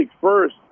first